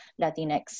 Latinx